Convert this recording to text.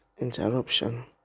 interruption